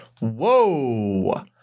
Whoa